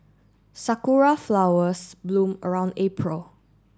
Sakura flowers bloom around April